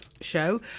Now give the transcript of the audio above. show